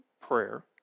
prayer